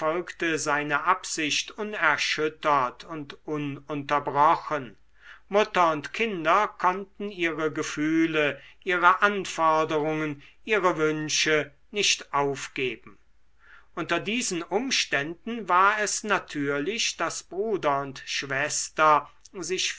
seine absicht unerschüttert und ununterbrochen mutter und kinder konnten ihre gefühle ihre anforderungen ihre wünsche nicht aufgeben unter diesen umständen war es natürlich daß bruder und schwester sich